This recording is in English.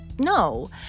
No